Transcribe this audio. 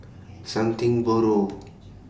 Something Borrowed